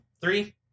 three